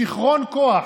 שיכרון כוח.